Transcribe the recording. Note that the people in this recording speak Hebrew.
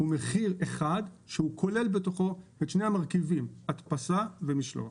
הוא מחיר אחד שהוא כולל בתוכו את שני המרכיבים הדפסה ומשלוח.